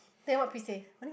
then what Pris say